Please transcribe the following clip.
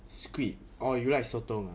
squid orh you like sotong